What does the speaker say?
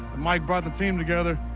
mike brought the team together,